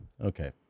okay